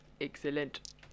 excellent